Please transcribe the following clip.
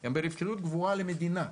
הם ברווחיות גבוהה למדינה.